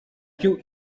più